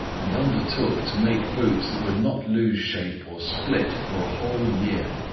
and undertook to make boots that would not lose shape or split for a whole year.